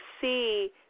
see